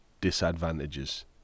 disadvantages